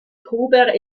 gruber